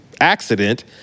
accident